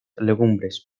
legumbres